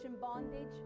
bondage